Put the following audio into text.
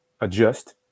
adjust